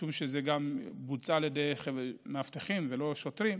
משום שזה גם בוצע על ידי מאבטחים ולא שוטרים,